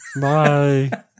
Bye